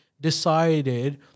decided